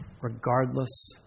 regardless